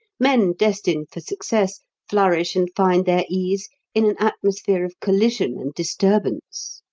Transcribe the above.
men destined for success flourish and find their ease in an atmosphere of collision and disturbance.